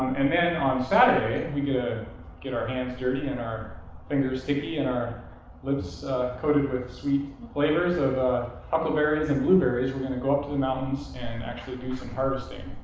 and then on saturday, we get to ah get our hands dirty and our fingers sticky and our lips coated with sweet flavors of huckleberries and blueberries. we're going to go up to the mountains and and actually do some harvesting.